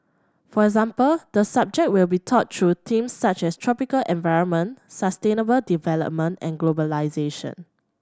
for example the subject will be taught through themes such as tropical environment sustainable development and globalisation